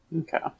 Okay